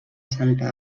santa